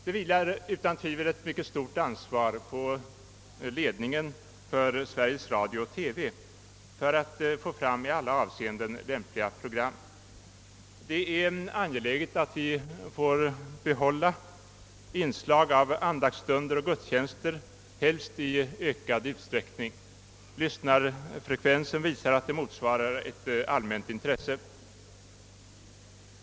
Det vilar utan tvivel ett mycket stort ansvar på ledningen för Sveriges Radio och TV för att åstadkomma i alla avseenden lämpliga program. Det är angeläget att vi får behålla inslag av andaktsstunder och gudstjänster, helst i ökad utsträckning. Lyssnarfrekvensen visar att de har ett allmänt intresse.